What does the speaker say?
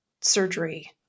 surgery